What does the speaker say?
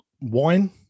Wine